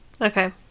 Okay